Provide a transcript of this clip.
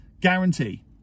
guarantee